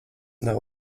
nav